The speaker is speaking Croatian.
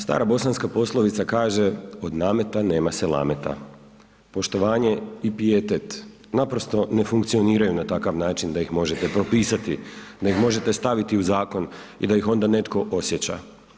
Stara bosanska poslovica kaže „Od nameta nema se lameta“, poštovanje i pijetet naprosto ne funkcioniraju na takav način da ih možete propisati nego možete staviti u zakon i da ih onda netko osjeća.